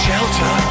Shelter